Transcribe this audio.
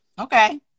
okay